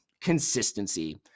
consistency